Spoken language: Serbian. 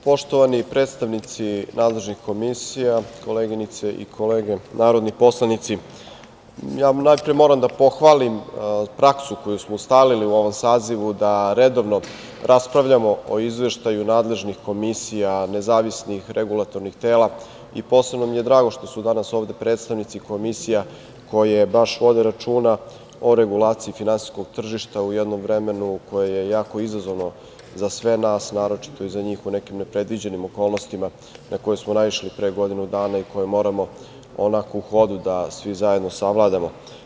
Poštovani predstavnici nadležnih komisija, koleginice i kolege narodni poslanici, najpre moram da pohvalim praksu koju smo ustalili u ovom sazivu da redovno raspravljamo o izveštaju nadležnih komisija, nezavisnih regulatornih tela i posebno mi je drago što su danas ovde predstavnici komisija koje baš vode računa o regulaciji finansijskog tržišta u jednom vremenu koje je jako izazovno za sve nas, naročito i za njih u nekim nepredviđenim okolnostima na koje smo naišli pre godinu dana i koje moramo onako u hodu da svi zajedno savladamo.